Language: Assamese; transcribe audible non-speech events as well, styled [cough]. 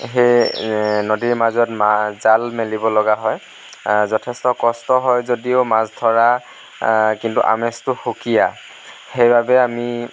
সেই নদীৰ মাজত [unintelligible] জাল মেলিবলগা হয় যথেষ্ট কষ্ট হয় যদিও মাছ ধৰা কিন্তু আমেজটো সুকীয়া সেইবাবে আমি